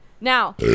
Now